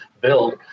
build